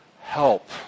help